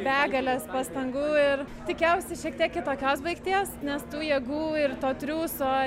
begalės pastangų ir tikėjausi šiek tiek kitokios baigties nes tų jėgų ir to triūso